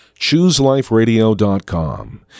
ChooseLifeRadio.com